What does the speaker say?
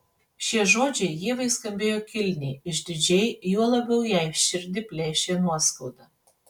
šie žodžiai ievai skambėjo kilniai išdidžiai juo labiau jai širdį plėšė nuoskauda